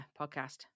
podcast